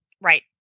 Right